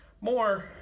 more